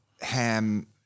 Ham